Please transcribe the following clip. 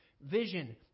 vision